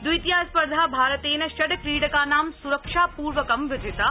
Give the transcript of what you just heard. द्वितीया स्पर्धा भारतेन षड् क्रीडकानां स्रक्षापूर्वकं विजिता